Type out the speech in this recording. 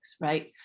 right